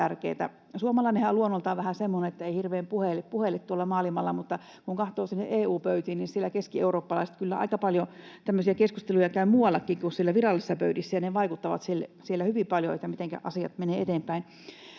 Suomalainenhan on luonnoltaan vähän semmoinen, että ei hirveästi puhele tuolla maailmalla, mutta kun katsoo EU-pöytiin, niin siellä keskieurooppalaiset kyllä aika paljon tämmöisiä keskusteluja käyvät muuallakin kuin siellä virallisissa pöydissä, ja ne vaikuttavat siellä hyvin paljon siihen, mitenkä asiat menevät eteenpäin.